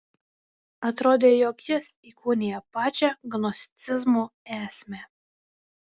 atrodė jog jis įkūnija pačią gnosticizmo esmę